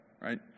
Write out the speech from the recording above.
right